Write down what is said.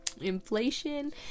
inflation